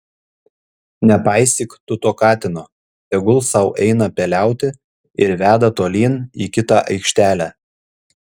nepaisyk tu to katino tegul sau eina peliauti ir veda tolyn į kitą aikštelę